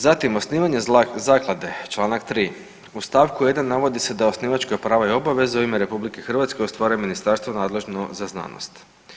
Zatim, osnivanje zaklade čl. 3. u st. 1. navodi se da osnivačka prava i obaveze u ime RH ostvaruje ministarstvo nadležno za znanost.